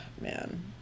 man